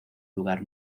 lugar